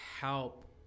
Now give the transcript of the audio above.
help